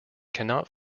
cannot